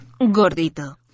Gordito